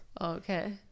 okay